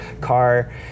car